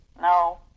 no